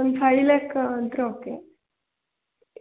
ಒಂದು ಫೈ ಲ್ಯಾಕ್ ಆದ್ರೆ ಓಕೆ